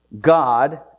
God